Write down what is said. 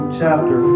chapter